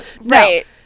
Right